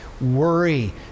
worry